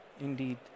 Indeed